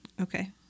okay